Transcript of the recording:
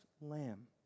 lamb